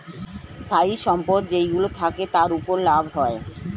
স্থায়ী সম্পদ যেইগুলো থাকে, তার উপর লাভ হয়